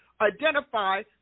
identify